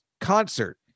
concert